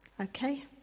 Okay